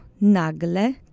nagle